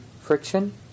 friction